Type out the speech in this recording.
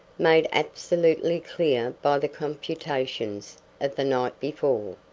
made absolutely clear by the computations of the night before.